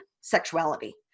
sexuality